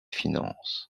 finances